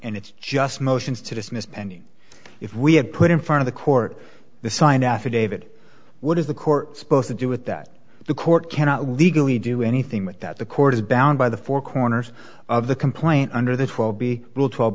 and it's just motions to dismiss pending if we have put in front of the court the signed affidavit what is the court supposed to do with that the court cannot legally do anything with that the court is bound by the four corners of the complaint under that will be